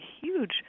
huge